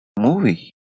movie